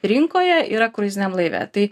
rinkoje yra kruiziniam laive tai